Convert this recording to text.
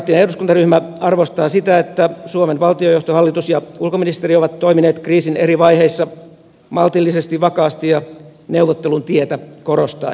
sosialidemokraattinen eduskuntaryhmä arvostaa sitä että suomen valtionjohto hallitus ja ulkoministeri ovat toimineet kriisin eri vaiheissa maltillisesti vakaasti ja neuvottelun tietä korostaen